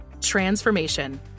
transformation